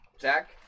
Zach